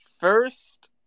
first